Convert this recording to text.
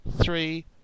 three